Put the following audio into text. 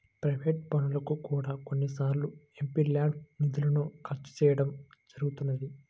private పనులకు కూడా కొన్నిసార్లు ఎంపీల్యాడ్స్ నిధులను ఖర్చు చేయడం జరుగుతున్నది